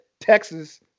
Texas